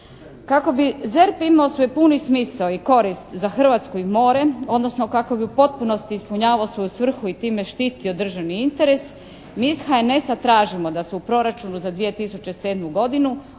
Kako bi ZERP imao svoj puni smisao i korist za Hrvatsku i more, odnosno kako bi u potpunosti ispunjavao svoju svrhu i time štitio državni interes mi ih HNS-a tražimo da se u proračunu 2007. godinu